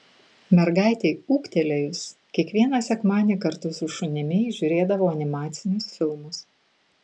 mergaitei ūgtelėjus kiekvieną sekmadienį kartu su šunimi ji žiūrėdavo animacinius filmus